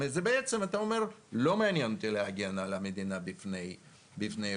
זה בעצם שאתה אומר: לא מעניין אותי להגן על המדינה בפני אירועים.